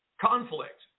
conflict